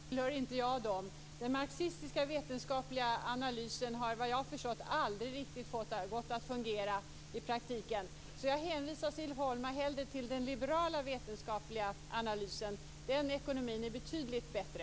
Herr talman! I så fall tillhör inte jag dem. Den marxistiska vetenskapliga analysen har, vad jag förstått, aldrig riktigt fungerat i praktiken. Jag hänvisar hellre Siv Holma till den liberala vetenskapliga analysen. Den ekonomin är betydligt bättre.